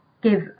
give